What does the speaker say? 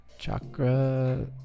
Chakra